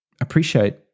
appreciate